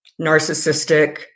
narcissistic